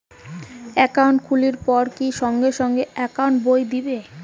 Account খুলির পর কি সঙ্গে সঙ্গে একাউন্ট বই দিবে?